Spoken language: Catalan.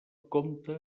compta